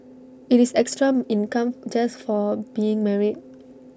IT is extra income just for being married